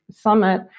summit